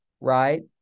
right